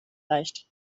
leicht